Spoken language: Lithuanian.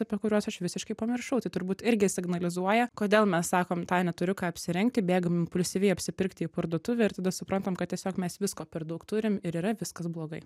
apie kuriuos aš visiškai pamiršau tai turbūt irgi signalizuoja kodėl mes sakom tą neturiu ką apsirengti bėgam impulsyviai apsipirkti į parduotuvę ir tada suprantam kad tiesiog mes visko per daug turim ir yra viskas blogai